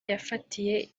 yafatiye